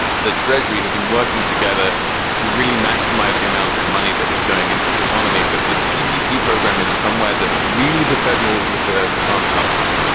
the treasury have been working together to really maximize the amount of money that is going into the economy. but the peopie program is somewhere that really the federal reserve can't help much.